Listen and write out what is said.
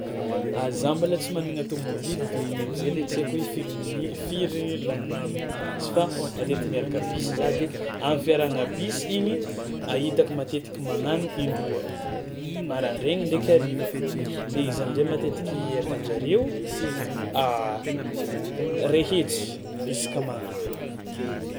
A za mbôla tsy managna tômôbilo de igny am'zay le tsy haiko hoe firy mini- firy laninà aminazy fa matetiky miaraka bus za de am'firarahagna bus igny a hitako matetiky magnano indroa, maraindrainy ndraiky hariva de izy am'zay matetiky atan-jareo ray hetsy isaka magnano.